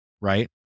right